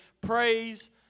praise